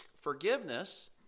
Forgiveness